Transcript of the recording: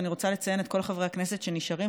ואני רוצה לציין את כל חברי הכנסת שנשארים,